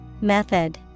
Method